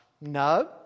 No